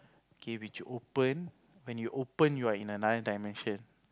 K which you open when you open you are in another dimension